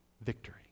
victory